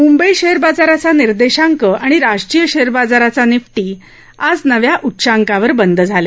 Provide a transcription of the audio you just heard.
Mumbai share बाजाराचा निर्देशांक आणि राष्ट्रीय शेअर बाजाराचा निफ्टी आज नव्या उच्चांकावर बंद झाले